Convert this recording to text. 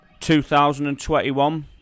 2021